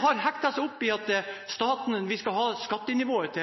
har hektet seg opp i at vi skal ha skattenivået